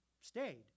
stayed